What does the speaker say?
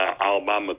Alabama